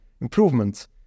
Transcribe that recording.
improvements